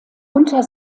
unter